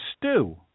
stew